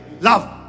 love